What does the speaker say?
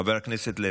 חבר הכנסת לוי.